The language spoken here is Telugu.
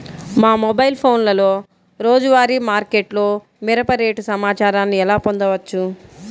మా మొబైల్ ఫోన్లలో రోజువారీ మార్కెట్లో మిరప రేటు సమాచారాన్ని ఎలా పొందవచ్చు?